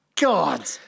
God